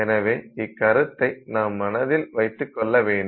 எனவே இக்கருத்தை நாம் மனதில் வைத்துக் கொள்ள வேண்டும்